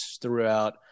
throughout